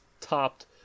topped